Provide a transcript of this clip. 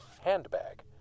handbag